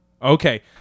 Okay